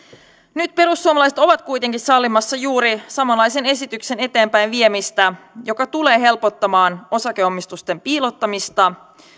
nyt perussuomalaiset ovat kuitenkin sallimassa juuri samanlaisen esityksen eteenpäinviemistä joka tulee helpottamaan osakeomistusten piilottamista